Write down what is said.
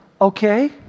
okay